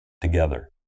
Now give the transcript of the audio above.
together